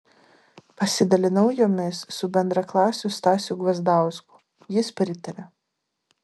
pasidalinau jomis su bendraklasiu stasiu gvazdausku jis pritarė